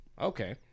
Okay